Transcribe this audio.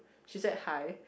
she said hi